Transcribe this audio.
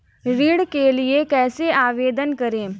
ऋण के लिए कैसे आवेदन करें?